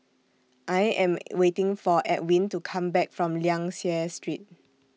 I Am waiting For Edwin to Come Back from Liang Seah Street